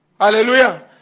Hallelujah